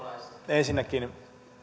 ensinnäkin